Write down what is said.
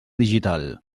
digital